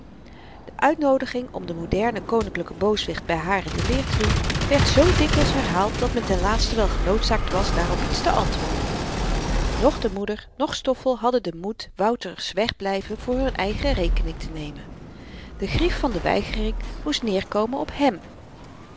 de uitnoodiging om den modernen koninklyken booswicht by haar in de leer te doen werd zoo dikwyls herhaald dat men tenlaatste wel genoodzaakt was daarop iets te antwoorden noch de moeder noch stoffel hadden den moed wouter's wegblyven voor hun eigen rekening te nemen de grief van de weigering moest neerkomen op hèm